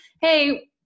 Hey